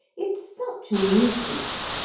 it's such a nuisance!